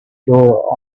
sure